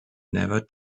never